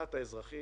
מבחינת האזרחים,